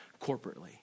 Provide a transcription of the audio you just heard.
corporately